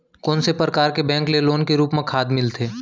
कोन से परकार के बैंक ले लोन के रूप मा खाद मिलथे?